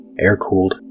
air-cooled